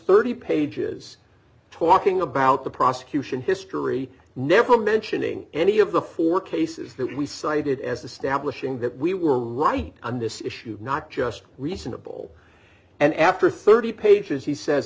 thirty pages talking about the prosecution history never mentioning any of the four d cases that we cited as the stablish ing that we were right on this issue not just reasonable and after thirty pages he says